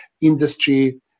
industry